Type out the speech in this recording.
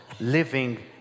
living